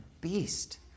beast